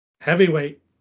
Heavyweight